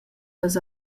las